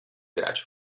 grać